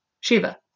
Shiva